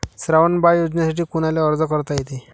श्रावण बाळ योजनेसाठी कुनाले अर्ज करता येते?